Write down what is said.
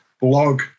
blog